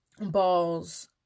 balls